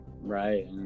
Right